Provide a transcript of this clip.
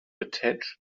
attach